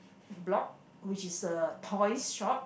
block which is a toy's shop